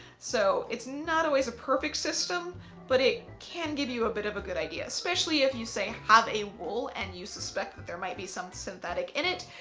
so it's not always a perfect system but it can give you a bit of a good idea. especially if you say have a wool and you suspect that there might be some synthetic in it.